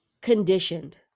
Conditioned